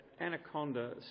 anaconda